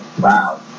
Wow